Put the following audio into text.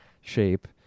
shape